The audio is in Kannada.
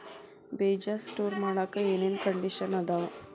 ಬೇಜ ಸ್ಟೋರ್ ಮಾಡಾಕ್ ಏನೇನ್ ಕಂಡಿಷನ್ ಅದಾವ?